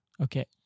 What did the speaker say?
Okay